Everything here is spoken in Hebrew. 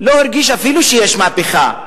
לא הרגיש אפילו שיש מהפכה.